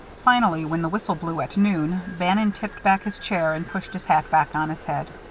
finally, when the whistle blew, at noon, bannon tipped back his chair and pushed his hat back on his head.